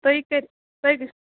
تُہی کٔر تُہۍ